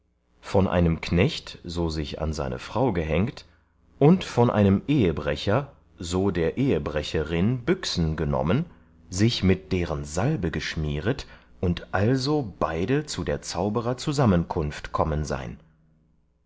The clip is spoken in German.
von einem knecht so sich an seine frau gehängt und von einem ehebrecher so der ehebrecherin büchsen genommen sich mit deren salbe geschmieret und also beide zu der zauberer zusammenkunft kommen sein